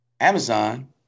Amazon